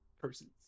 Persons